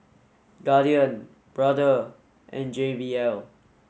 Guardian Brother and J B L